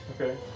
okay